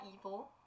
evil